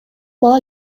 бала